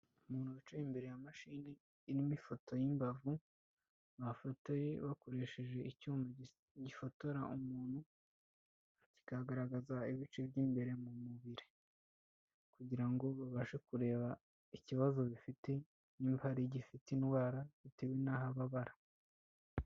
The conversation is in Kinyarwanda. Umuntu wicaye imbere ya mashini irimo ifoto y'imbavu, bafotoye bakoresheje icyuma gifotora umuntu, kikagaragaza ibice by'imbere mu mubiri. Kugira ngo babashe kureba ikibazo bifite, niba uhari igifite indwara, bitewe n'aho ababara.